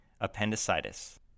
appendicitis